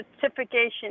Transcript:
certification